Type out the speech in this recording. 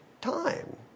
time